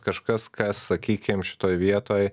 kažkas kas sakykim šitoj vietoj